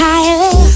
Higher